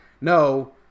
no